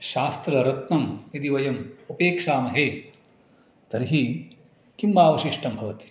शास्त्ररत्नम् इति वयम् उपेक्षामहे तर्हि किं वावशिष्टं भवति